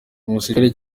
umusirikare